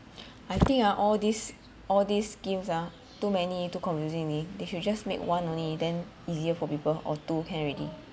I think ah all these all these schemes ah too many too confusing already they should just make one only then easier for people or two can already